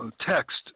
text